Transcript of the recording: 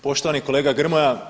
Poštovani kolega Grmoja.